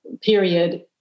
period